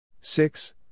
Six